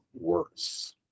worse